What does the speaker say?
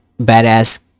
Badass